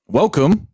welcome